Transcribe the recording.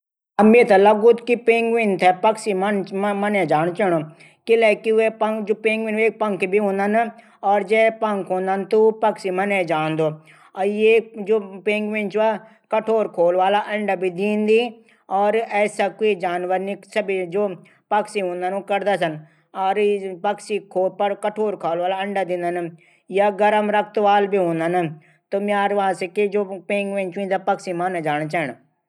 मेथे लगदू की पैंगुइन थै पक्षी मने जाणू चैणू चा। किले की वेक पंख भी हूदन। और जैक पःख हूदन ऊ पक्षी मने जांदू। जू पेंगुइन चा वा कठोर खोल वाला अंडा भी दिंदी। य गर्म खून वाली. भी हूदन।